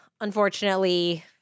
unfortunately